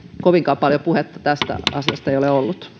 kovinkaan paljon puhetta tästä asiasta ei ole ollut